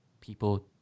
people